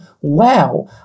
Wow